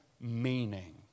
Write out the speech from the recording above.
meaning